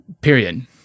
Period